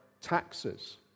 taxes